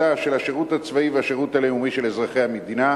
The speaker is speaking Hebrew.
של השירות הצבאי והשירות הלאומי של אזרחי המדינה,